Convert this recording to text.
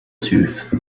tooth